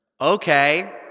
okay